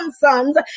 sons